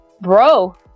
bro